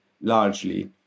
largely